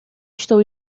estou